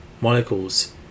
molecules